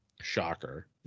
Shocker